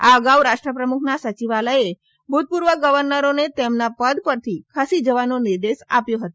આ અગાઉ રાષ્ટ્રપ્રમુખના સચિવાલયે ભુતપૂર્વ ગર્વનરોને તેમના પદ પરથી ખસી જવાનો નિર્દેશ આપ્યો હતો